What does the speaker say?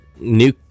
new